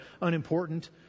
unimportant